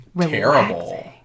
terrible